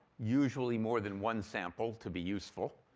usually more than one sample to be useful.